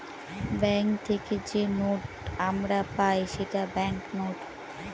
bank থেকে যে note আমরা পাই সেটা ব্যাঙ্ক নোট